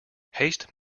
haste